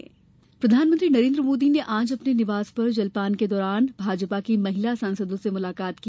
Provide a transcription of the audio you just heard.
भाजपा महिला सांसद प्रधानमंत्री नरेन्द्र मोदी ने आज अपने निवास पर जलपान के दौरान भाजपा की महिला सांसदों से मुलाकात की